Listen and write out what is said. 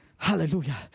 Hallelujah